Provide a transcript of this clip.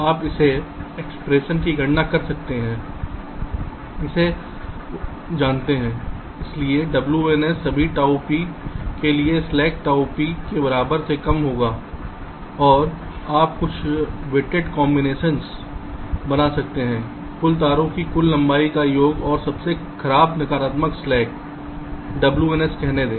आप जिस एक्सप्रेशन की गणना कर सकते हैं उसे जानते हैं इसलिए WNS सभी ताउ पी के लिए स्लैक ताऊ पी के बराबर से कम होगा और आप कुछ वेटेड कॉम्बिनेशंस बना सकते हैं कुल तारों की कुल लंबाई का योग और सबसे खराब नकारात्मक स्लैक WNS कहने दें